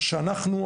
שאנחנו,